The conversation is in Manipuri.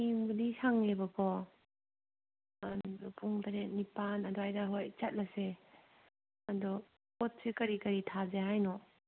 ꯍꯌꯦꯡꯕꯨꯗꯤ ꯁꯪꯉꯦꯕꯀꯣ ꯑꯗꯨ ꯄꯨꯡ ꯇꯔꯦꯠ ꯅꯤꯄꯥꯜ ꯑꯗꯥꯏꯗ ꯍꯣꯏ ꯆꯠꯂꯁꯦ ꯑꯗꯣ ꯄꯣꯠꯁꯦ ꯀꯔꯤ ꯀꯔꯤ ꯊꯥꯁꯤ ꯍꯥꯏꯅꯣ